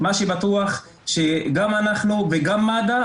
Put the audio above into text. ומה שבטוח שגם אנחנו וגם מד"א,